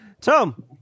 Tom